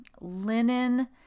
linen